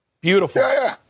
Beautiful